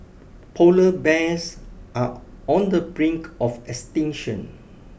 polar bears are on the brink of extinction